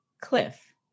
cliff